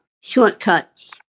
shortcuts